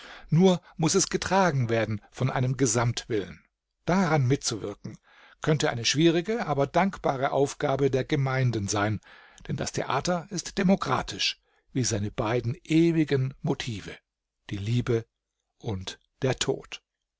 nur muß es getragen werden von einem gesamtwillen daran mitzuwirken könnte eine schwierige aber dankbare aufgabe der gemeinden sein denn das theater ist demokratisch wie seine beiden ewigen motive die liebe und der tod